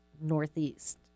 northeast